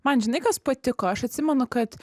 man žinai kas patiko aš atsimenu kad